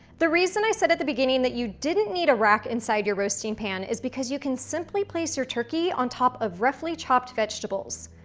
the reason i said at the beginning that you didn't need a rack inside your roasting pan is because you can simply place your turkey on top of roughly chopped vegetables.